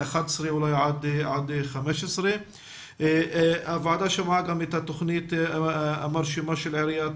11 עד 15. הוועדה שמעה גם את התוכנית המרשימה של עיריית